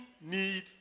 need